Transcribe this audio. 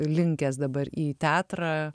linkęs dabar į teatrą